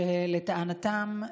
לטענתם,